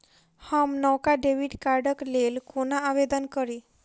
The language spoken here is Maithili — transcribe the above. हम नवका डेबिट कार्डक लेल कोना आवेदन करी?